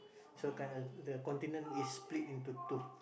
so the continent is split into two